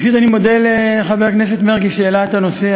ראשית אני מודה לחבר הכנסת מרגי, שהעלה את הנושא.